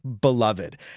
beloved